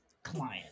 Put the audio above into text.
Client